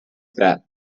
that